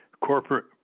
corporate